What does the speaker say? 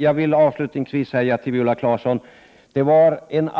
Jag vill avslutningsvis säga till Viola Claesson att det var en